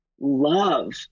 love